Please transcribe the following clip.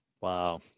Wow